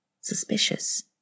suspicious